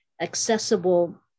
accessible